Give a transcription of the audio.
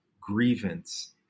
grievance